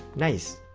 nice.